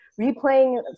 replaying